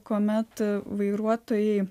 kuomet vairuotojai